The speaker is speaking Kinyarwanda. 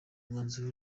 mwanzuro